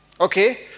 Okay